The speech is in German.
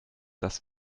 das